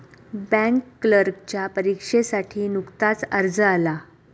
bank क्लर्कच्या परीक्षेसाठी नुकताच अर्ज आला